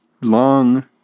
long